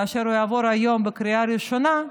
כאשר הוא יעבור היום בקריאה ראשונה,